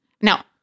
now